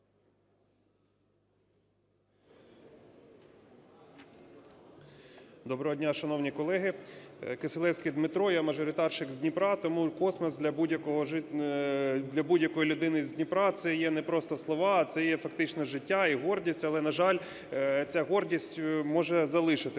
Доброго дня, шановні колеги. Кисилевський Дмитро, я мажоритарщик з Дніпра, тому космос для будь-якої людини з Дніпра – це є не просто слова, це є фактично життя і гордість, але, на жаль, ця гордість може залишити